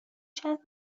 چند